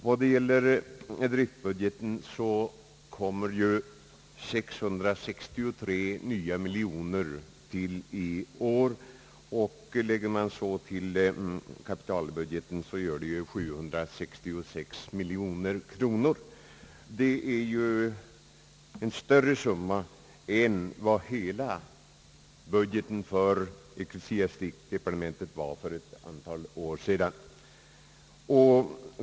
Vad gäller driftbudgeten kommer 663 nya miljoner till i år, och lägger man så till kapitalbudgeten gör det 766 miljoner kronor. Det är en större summa än vad hela budgeten för ecklesiastikdepartementet omfattade för ett antal år sedan.